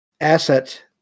asset